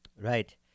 Right